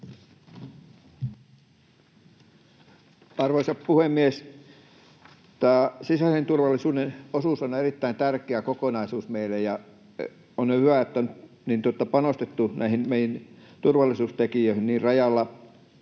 Arvoisa puhemies! Tämä sisäisen turvallisuuden osuus on erittäin tärkeä kokonaisuus meille, ja on hyvä, että on panostettu näihin meidän turvallisuustekijöihin niin rajalla